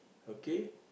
okay